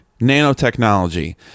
nanotechnology